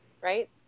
right